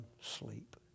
sleep